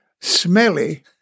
smelly